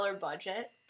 budget